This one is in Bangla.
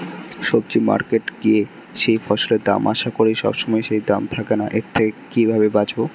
সবজি মার্কেটে গিয়ে যেই ফসলের দাম আশা করি সবসময় সেই দাম থাকে না এর থেকে কিভাবে বাঁচাবো?